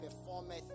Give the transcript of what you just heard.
performeth